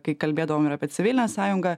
kai kalbėdavome ir apie civilinę sąjungą